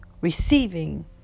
receiving